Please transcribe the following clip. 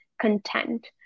content